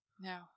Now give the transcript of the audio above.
No